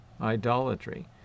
idolatry